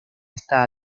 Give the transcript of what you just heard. esta